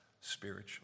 spiritually